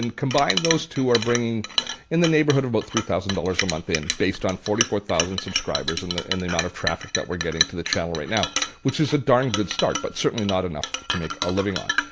and combined, those two are bringing in the neighborhood of about three thousand dollars a month based on forty four thousand subscribers and the and the amount of traffic that we're getting to the channel right now which is a darn good start but certainly not enough to make a living on.